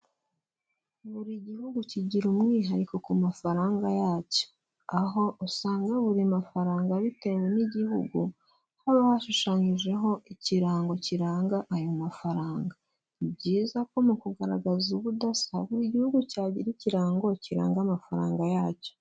Buri gihugu kigira umwihariko ku mafaranga yacyo. Aho usanga buri mafaranga bitewe n'igihugu, haba hashushanyijeho ikirango kiranga ayo mafaranga. Ni byiza ko mu kugaragaza ubudasa, buri gihugu cyagira ikirango kiranga amafaranga yacyo.